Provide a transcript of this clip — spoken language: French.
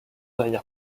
dernière